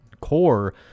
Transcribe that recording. core